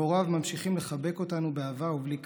והוריו ממשיכים לחבק אותנו באהבה ובלי כעס.